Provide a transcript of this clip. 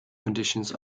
conditions